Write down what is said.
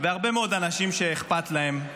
והרבה מאוד אנשים שאכפת להם,